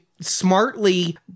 smartly